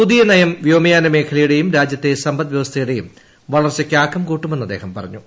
പുതിയ നയം വ്യോമയാന മേഖലയുടെയും രാജ ്യത്തെ സമ്പദ് വൃവസ്ഥയുടെയും വളർച്ചയ്ക്ക് ആക്കം കൂട്ടുമെന്ന് അദ്ദേഹം പറഞ്ഞു